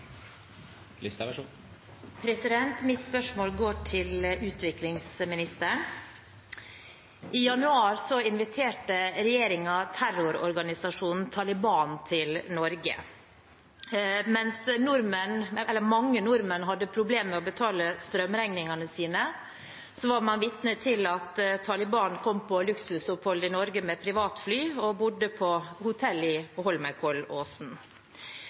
Mitt spørsmål går til utviklingsministeren. I januar inviterte regjeringen terrororganisasjonen Taliban til Norge. Mens mange nordmenn hadde problemer med å betale strømregningene sine, var man vitne til at Taliban kom på luksusopphold i Norge med privatfly og bodde på hotell i